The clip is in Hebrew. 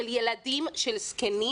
של ילדים, של זקנים